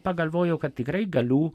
pagalvojau kad tikrai galiu